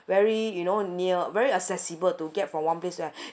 very you know near very accessible to get from one place there